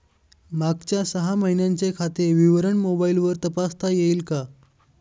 मागच्या सहा महिन्यांचे खाते विवरण मोबाइलवर तपासता येईल का?